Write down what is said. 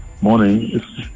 Morning